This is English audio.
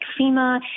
FEMA